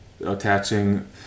attaching